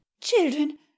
Children